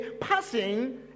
passing